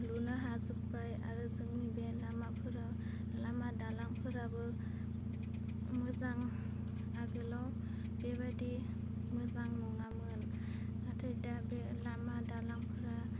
लुनो हाजोबबाय आरो जोंनि बे लामाफोरा लामा दालांफोराबो मोजां आगोलाव बे बायदि मोजां नङामोन नाथाय दा बे लामा दालांफोरा